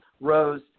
Rose